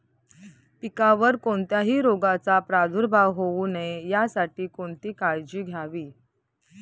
पिकावर कोणत्याही रोगाचा प्रादुर्भाव होऊ नये यासाठी कोणती काळजी घ्यावी?